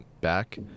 back